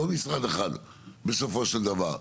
לא משרד אחד בסופו של דבר,